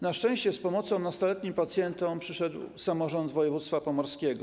Na szczęście z pomocą nastoletnim pacjentom przyszedł samorząd województwa pomorskiego.